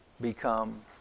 become